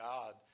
God